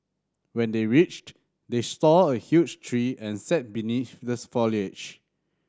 when they reached they saw a huge tree and sat beneath the foliage